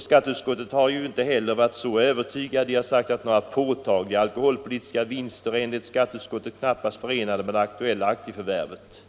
Skatteutskottet har inte heller varit så övertygat. Man säger att några påtagliga alkoholpolitiska vinster är enligt skatteutskottet knappast förenade med det aktuella aktieförvärvet.